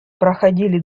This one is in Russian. проходили